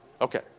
Okay